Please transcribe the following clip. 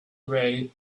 way